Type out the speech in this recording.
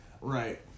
Right